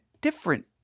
different